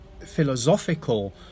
philosophical